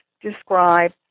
describe